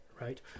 right